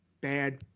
bad